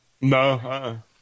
No